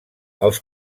els